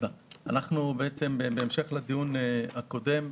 בהמשך לדיון הקודם,